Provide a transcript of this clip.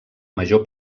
major